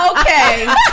Okay